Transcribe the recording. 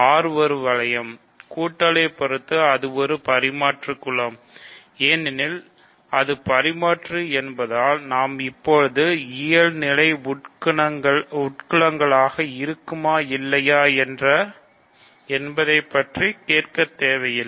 R ஒரு வளையம் கூட்டலை பொறுத்து அது ஒரு பரிமாற்று குலம் ஏனெனில் அது பரிமாற்று என்பதால் நாம் இப்போது இயல் நிலை உட்குலங்கள் இருக்குமா இல்லையா என்பதைப் பற்றி கேட்க தேவையில்லை